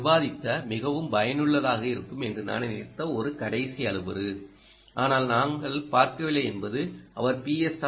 நாங்கள் விவாதித்த மிகவும் பயனுள்ளதாக இருக்கும் என்று நான் நினைத்த ஒரு கடைசி அளவுரு ஆனால் நாங்கள் பார்க்கவில்லை என்பது அவர் பி